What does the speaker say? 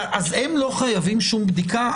הם לא חייבים שום בדיקה?